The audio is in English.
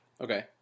Okay